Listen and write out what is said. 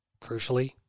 crucially